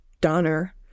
Donner